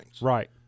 Right